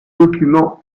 documents